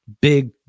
Big